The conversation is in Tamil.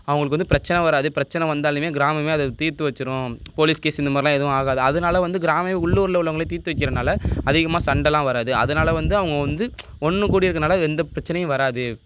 அவங்களுக்கு வந்து பிரச்சனை வராது பிரச்சனை வந்தாலுமே கிராமமே அதை தீத்து வச்சிரும் போலீஸ் கேஸ் இந்த மாதிரிலாம் எதுவும் ஆகாது அதனால வந்து கிராமமே உள்ளூர்ல உள்ளவங்களே தீத்து வைக்கிறதனால அதிகமாக சண்டைலாம் வராது அதனால வந்து அவங்க வந்து ஒன்று கூடி இருக்கதனால எந்த பிரச்சனையும் வராது